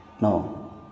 No